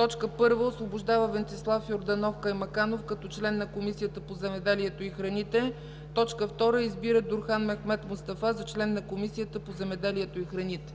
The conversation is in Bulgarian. РЕШИ: 1. Освобождава Венцислав Йорданов Каймаканов като член на Комисията по земеделието и храните. 2. Избира Дурхан Мехмед Мустафа за член на Комисията по земеделието и храните.”